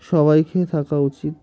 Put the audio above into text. সবাইকে থাকা উচিত